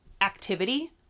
activity